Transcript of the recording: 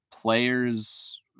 players